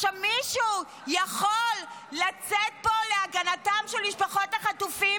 עכשיו מישהו יכול לצאת פה להגנת משפחות החטופים